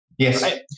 Yes